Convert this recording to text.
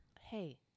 Hey